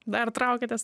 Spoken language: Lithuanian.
dar traukiatės